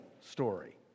story